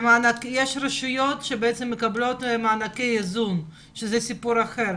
יש רשויות שמקבלות מענקי איזון, שזה סיפור אחר.